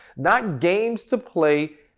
not games to play,